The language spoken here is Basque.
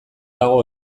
dago